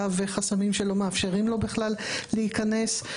וחסמים שלא מאפשרים לו בכלל להיכנס?